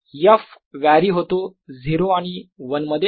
f vary होतो 0 आणि 1 मध्ये